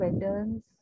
patterns